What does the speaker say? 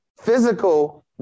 physical